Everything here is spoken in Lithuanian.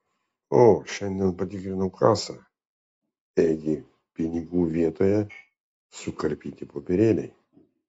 o šiandien patikrinau kasą ėgi pinigų vietoje sukarpyti popierėliai